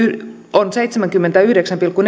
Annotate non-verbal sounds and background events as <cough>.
on seitsemänkymmentäyhdeksän pilkku <unintelligible>